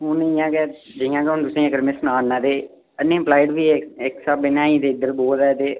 हून इ'यां गै जि'यां कि हून तु'सेंई में अगर सनाऽ नां ते अनएम्पलायड बी इक स्हाबै'नै है ते इद्धर बोझ ऐ ते